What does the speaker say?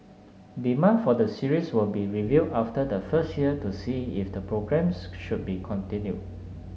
demand for the series will be reviewed after the first year to see if the programmes should be continued